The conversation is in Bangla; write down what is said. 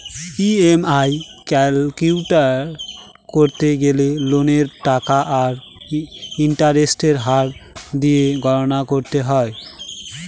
ই.এম.আই ক্যালকুলেট করতে গেলে লোনের টাকা আর ইন্টারেস্টের হার দিয়ে গণনা করতে হয়